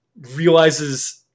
realizes